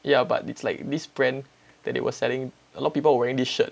but yeah but it's like this brand that they were selling a lot people were wearing this shirt